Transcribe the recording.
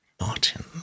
Martin